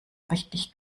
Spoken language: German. richtig